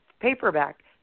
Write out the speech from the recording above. paperback